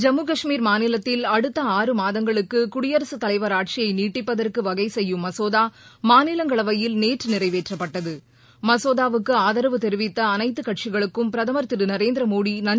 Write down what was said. ஜம்மு கஷ்மீர் மாநிலத்தில் அடுத்த ஆறு மாதங்களுக்கு குடியரசுத் தலைவர் ஆட்சியை நீட்டிப்பதற்கு வகை செய்யும் மசோதா மாநிலங்களவையில் நேற்று நிறைவேற்றப்பட்டது மசோதாவுக்கு ஆதரவு தெரிவித்த அனைத்து கட்சிகளுக்கும் பிரதம் திரு நரேந்திரமோடி நன்றி